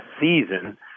season